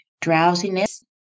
drowsiness